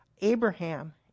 Abraham